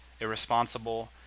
irresponsible